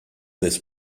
this